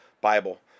Bible